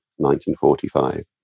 1945